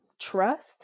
trust